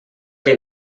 que